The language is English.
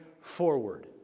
forward